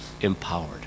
empowered